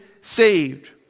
saved